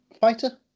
fighter